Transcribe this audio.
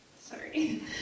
Sorry